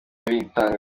bitanga